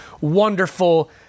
wonderful